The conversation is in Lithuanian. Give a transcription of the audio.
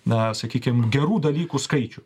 na sakykim gerų dalykų skaičių